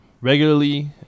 regularly